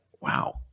wow